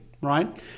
right